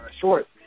short –